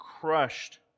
crushed